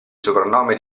soprannome